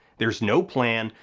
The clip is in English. there's no plan,